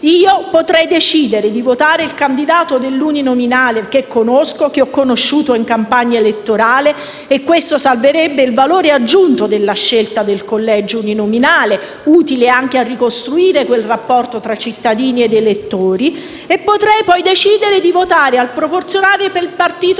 Io potrei decidere di votare il candidato nell'uninominale che conosco o che ho conosciuto in campagna elettorale - e questo salverebbe il valore aggiunto della scelta del collegio uninominale, utile anche a ricostruire quel rapporto tra cittadini ed elettori - e potrei poi decidere di votare al proporzionale per il partito